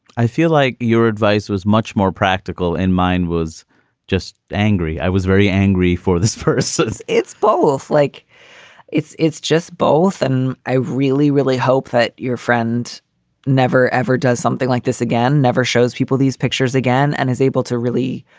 i feel like your advice was much more practical in mine, was just angry i was very angry for this first since it's both like it's it's just both. and i really, really hope that your friend never, ever does something like this again. never shows people these pictures again and is able to really